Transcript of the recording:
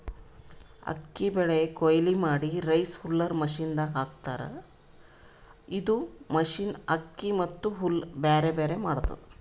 ಅಕ್ಕಿ ಬೆಳಿ ಕೊಯ್ಲಿ ಮಾಡಿ ರೈಸ್ ಹುಲ್ಲರ್ ಮಷಿನದಾಗ್ ಹಾಕ್ತಾರ್ ಇದು ಮಷಿನ್ ಅಕ್ಕಿ ಮತ್ತ್ ಹುಲ್ಲ್ ಬ್ಯಾರ್ಬ್ಯಾರೆ ಮಾಡ್ತದ್